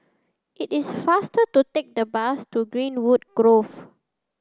it is faster to take the bus to Greenwood Grove